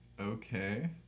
okay